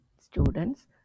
students